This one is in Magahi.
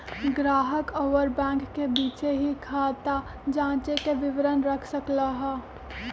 ग्राहक अउर बैंक के बीचे ही खाता जांचे के विवरण रख सक ल ह